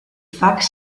fax